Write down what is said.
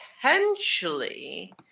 potentially